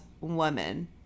woman